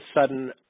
sudden